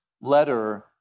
letter